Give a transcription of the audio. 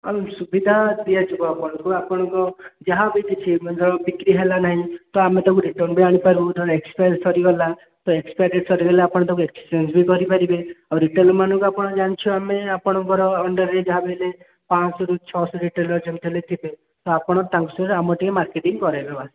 ଆଉ ସୁବିଧା ଦିଆଯିବ ଆପଣଙ୍କୁ ଆପଣଙ୍କ ଯାହା ବି କିଛି ମନେକର ବିକ୍ରି ହେଲା ନାହିଁ ତ ଆମେ ତାକୁ ରିଟର୍ନ୍ ବି ଆଣିପାରୁ ଧର ଏକ୍ସପାଇରୀ ସରିଗଲା ତ ଏକ୍ସପାଇରୀ ସରିଗଲେ ଆପଣ ତାକୁ ଏକ୍ସଚେଞ୍ଜ୍ ବି କରିପାରିବେ ଆଉ ରିଟେଲର୍ମାନଙ୍କୁ ଜାଣିଛୁ ଆମେ ଆପଣଙ୍କର ଅଣ୍ଡର୍ରେ ଯାହା ବି ହେଲେ ପାଞ୍ଚଶହରୁ ଛଅଶହ ରିଟେଲର୍ ଯେମିତି ହେଲେ ଥିବେ ତ ଆପଣ ତାଙ୍କ ସହିତ ଆମର ଟିକିଏ ମାର୍କେଟିଂ କରେଇବେ ବାସ୍